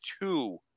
two